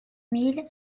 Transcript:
mille